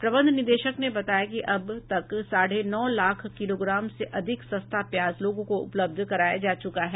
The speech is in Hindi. प्रबंध निदेशक ने बताया कि अब तक साढ़े नौ लाख किलोग्राम से अधिक सस्ता प्याज लोगों को उपलब्ध कराया जा चूका है